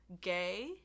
gay